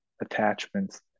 attachments